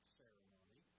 ceremony